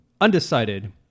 Undecided